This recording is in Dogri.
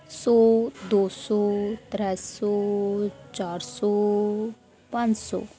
सौ दो सौ त्रै सौ चार सौ पन्ज सौ